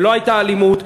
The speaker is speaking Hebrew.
ולא הייתה אלימות,